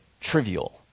trivial